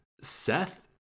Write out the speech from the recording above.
Seth